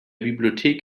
bibliothek